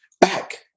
back